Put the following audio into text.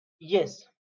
yes